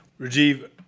Rajiv